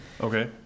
Okay